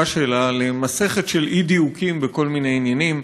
שלה למסכת של אי-דיוקים בכל מיני עניינים.